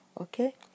okay